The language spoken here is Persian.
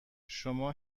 شما